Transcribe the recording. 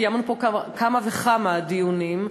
וקיימנו פה כמה וכמה דיונים,